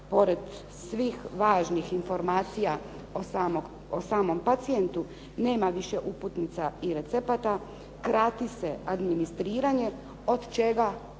pored svih važnih informacija o samom pacijentu nema više uputnica i recepata, krati se administriranje od čega u